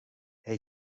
hij